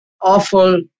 awful